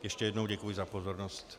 Ještě jednou děkuji za pozornost.